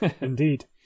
indeed